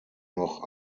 noch